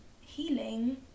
healing